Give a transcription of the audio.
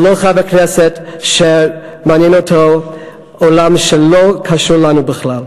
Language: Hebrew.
ולא חבר כנסת שמעניין אותו עולם שלא קשור אלינו בכלל.